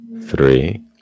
three